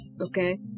Okay